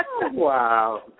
Wow